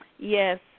Yes